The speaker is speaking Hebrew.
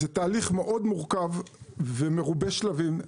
זה תהליך מאוד מורכב ומרובה שלבים,